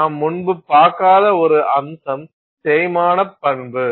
நாம் முன்பு பார்க்காத ஒரு அம்சம் தேய்மான பண்பு